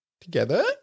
Together